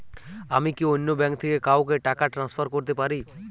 আমি কি অন্য ব্যাঙ্ক থেকে কাউকে টাকা ট্রান্সফার করতে পারি?